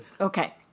Okay